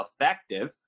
effective